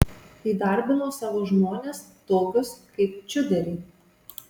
įdarbino savo žmones tokius kaip čiuderį